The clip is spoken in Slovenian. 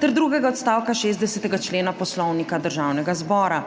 ter drugega odstavka 60. člena Poslovnika Državnega zbora.